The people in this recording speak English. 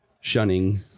shunning